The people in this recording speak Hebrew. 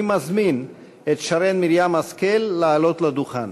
אני מזמין את שרן מרים השכל לעלות לדוכן.